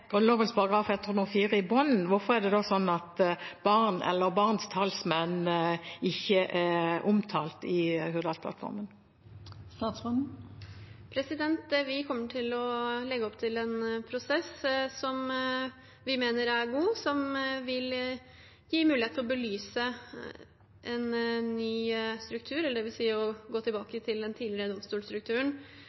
104 i bunnen, hvorfor er ikke barn eller barns talsmenn omtalt i Hurdalsplattformen? Vi kommer til å legge opp til en prosess som vi mener er god, som vil gi mulighet til å belyse en ny struktur, dvs. å gå tilbake til den tidligere domstolstrukturen,